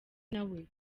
nawe